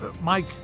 Mike